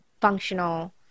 functional